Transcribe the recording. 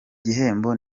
gihembo